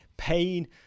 pain